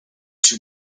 too